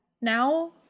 now